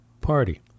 Party